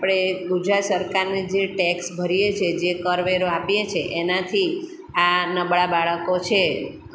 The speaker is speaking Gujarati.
આપણે ગુજરાત સરકારને જે ટેક્સ ભરીએ છીએ જે કરવેરો આપીએ છીએ એનાથી આ નબળા બાળકો છે